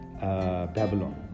Babylon